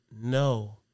no